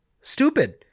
stupid